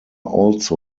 also